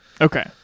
Okay